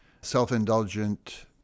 self-indulgent